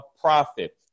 profit